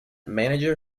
manager